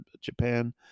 Japan